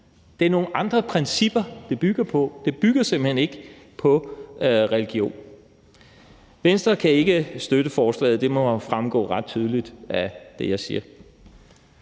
Det er nogle andre principper, det bygger på. Det bygger simpelt hen ikke på religion. Venstre kan ikke støtte forslaget. Det må fremgå ret tydeligt af det, jeg siger.